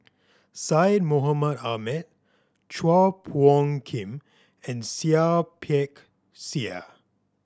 Syed Mohamed Ahmed Chua Phung Kim and Seah Peck Seah